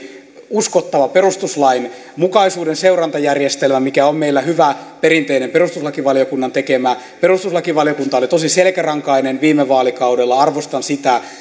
uskottavan perustuslainmukaisuuden seurantajärjestelmän mikä on meillä hyvä perinteinen perustuslakivaliokunnan tekemä perustuslakivaliokunta oli tosi selkärankainen viime vaalikaudella arvostan sitä